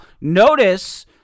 notice